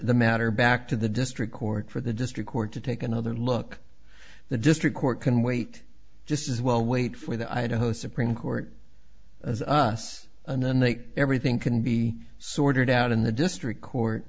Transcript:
the matter back to the district court for the district court to take another look the district court can wait just as well wait for the idaho supreme court us and then they everything can be sorted out in the district court